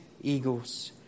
eagles